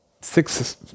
six